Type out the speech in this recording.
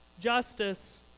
justice